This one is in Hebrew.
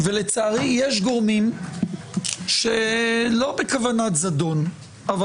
לצערי יש גורמים שלא בכוונת זדון אבל